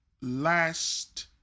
last